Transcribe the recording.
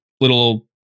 little